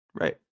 Right